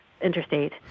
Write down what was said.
interstate